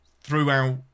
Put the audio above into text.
throughout